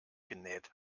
genäht